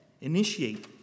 initiate